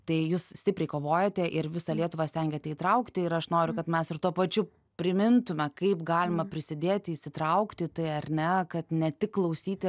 tai jūs stipriai kovojate ir visą lietuvą stengiate įtraukti ir aš noriu kad mes ir tuo pačiu primintume kaip galima prisidėti įsitraukti į tai ar ne kad ne tik klausyti